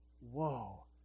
Whoa